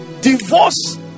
divorce